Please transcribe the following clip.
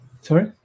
Sorry